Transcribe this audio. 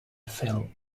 phil